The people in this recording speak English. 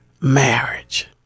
marriage